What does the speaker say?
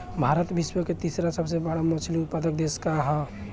भारत विश्व के तीसरा सबसे बड़ मछली उत्पादक देश ह